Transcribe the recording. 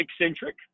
eccentric